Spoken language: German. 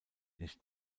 nicht